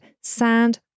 sand